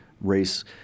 race